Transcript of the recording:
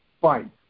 Fine